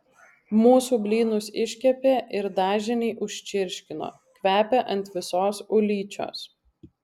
mūsų blynus iškepė ir dažinį užčirškino kvepia ant visos ulyčios